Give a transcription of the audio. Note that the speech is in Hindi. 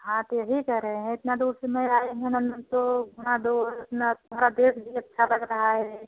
हाँ तो यही कह रहे हैं इतना दूर से मैं आई हूँ ना तो यहाँ दो उतना तुम्हारा देश भी अच्छा लग रहा है